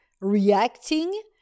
reacting